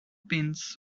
pins